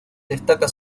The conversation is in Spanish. destaca